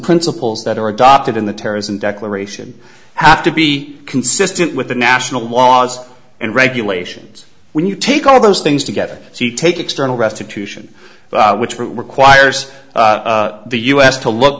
principles that are adopted in the terrorism declaration have to be consistent with the national laws and regulations when you take all of those things together so you take external restitution which requires the u s to look